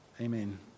amen